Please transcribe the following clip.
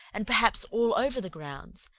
and perhaps all over the grounds,